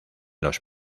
los